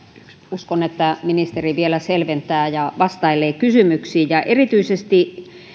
uskon että ministeri vielä selventää ja vastailee kysymyksiin erityisesti